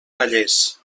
vallès